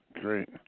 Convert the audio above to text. Great